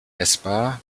essbar